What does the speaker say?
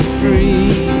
free